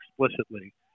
explicitly